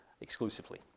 exclusively